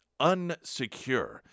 unsecure